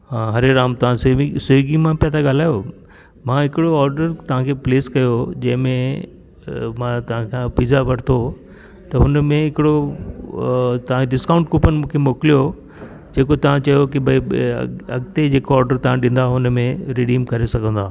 हा हरे राम तव्हां सेवि स्विगी मां पिया था ॻाल्हायो मां हिकिड़ो ऑडर तव्हांखे प्लेस कयो हो जंहिंमें अ मां तव्हांखां पिज़्ज़ा वठितो त हुनमें हिकिड़ो अ तव्हां डिस्काउंट कूपन मूंखे मोकिलियो जेको तव्हां चयो की भाई अॻिते जेको ऑडर तव्हां ॾींदा हुनमें रिडीम करे सघंदा